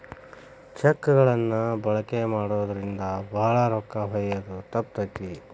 check ಗಳನ್ನ ಬಳಕೆ ಮಾಡೋದ್ರಿಂದ ಭಾಳ ರೊಕ್ಕ ಒಯ್ಯೋದ ತಪ್ತತಿ